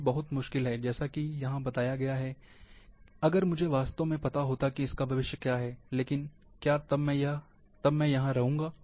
ये बहुत मुश्किल है जैसा कि यहां बताया गया है अगर मुझे वास्तव में पता होता कि इसका भविष्य क्या है लेकिन क्या तब तक मैं यहां रहूंगा